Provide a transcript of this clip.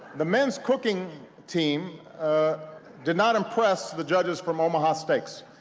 the men's cooking team did not impress the judges from omaha steaks.